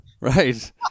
Right